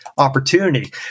Opportunity